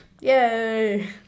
Yay